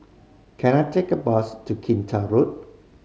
can I take a bus to Kinta Road